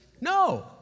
No